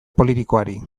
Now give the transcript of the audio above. politikoari